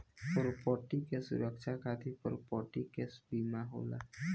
property के सुरक्षा खातिर प्रॉपर्टी के बीमा होला